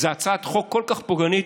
זו הצעת חוק כל כך פוגענית,